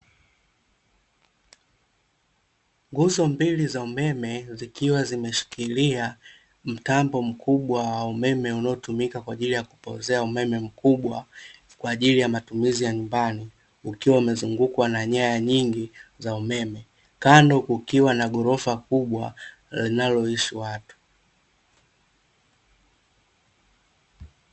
Nguzo mbili za umeme zikiwa zimeshikilia mtambo mkubwa wa umeme unaotumika kwa ajili ya kupoozea umeme mkubwa, kwa ajili ya matumizi ya nyumbani, ukiwa umezungukwa na nyaya nyingi za umeme. Kando kukiwa na ghorofa kubwa linaloishi watu.